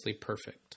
perfect